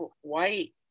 white